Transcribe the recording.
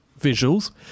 visuals